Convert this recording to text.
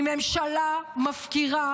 היא ממשלה מפקירה,